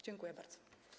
Dziękuję bardzo.